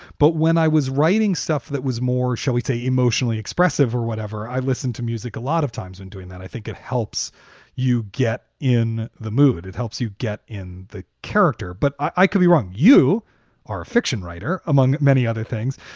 but when i was writing stuff, that was more. or shall we say emotionally expressive or whatever, i listen to music a lot of times when doing that, i think it helps you get in the mood, it helps you get in the character. but i could be wrong. you are a fiction writer, among many other things.